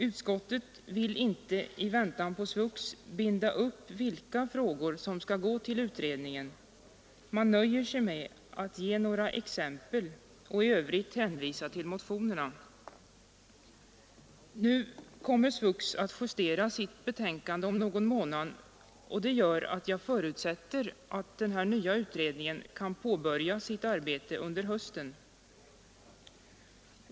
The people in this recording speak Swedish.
Utskottet vill inte i väntan på SVUX binda upp vilka frågor som skall gå till utredningen. Man nöjer sig med att ge några exempel och i övrigt hänvisa till motionerna. Nu kommer SVUX att justera sitt betänkande om någon månad, och det gör att jag förutsätter att den nya utredningen kan påbörja sitt arbete under hösten.